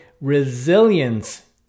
RESILIENCE